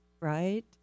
Right